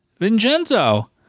Vincenzo